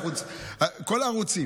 מיליארד?